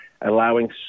allowing